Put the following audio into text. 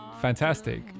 fantastic